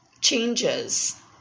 changes